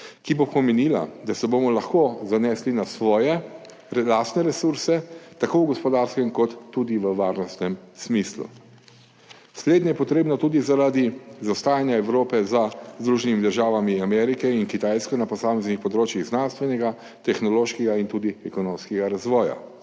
ki bo pomenila, da se bomo lahko zanesli na svoje lastne resurse, tako v gospodarskem kot tudi v varnostnem smislu. Slednje je potrebno tudi zaradi zaostajanja Evrope za Združenimi državami Amerike in Kitajsko na posameznih področjih znanstvenega, tehnološkega in tudi ekonomskega razvoja.